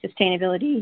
sustainability